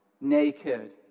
naked